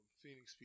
Phoenix